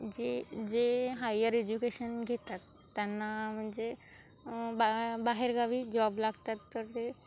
जे जे higher education घेतात त्यांना म्हणजे बा बाहेरगावी जॉब लागतात तर ते